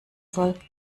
soll